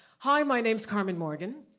hi, my name's carmen morgan,